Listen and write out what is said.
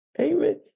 Amen